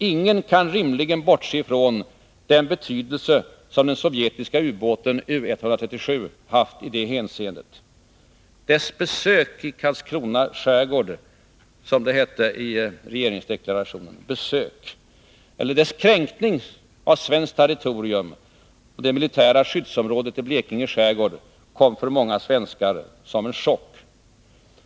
Ingen kan rimligen bortse ifrån den betydelse som den sovjetiska ubåten U 137 haft i det hänseendet. Dess ”besök” i Karlskrona skärgård, som det hette i regeringsdeklarationen, eller dess kränkning av svenskt territorium och det militära skyddsområdet i Blekinge skärgård kom för många svenskar som en chock.